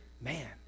Man